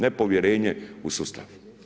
Nepovjerenje u sustav.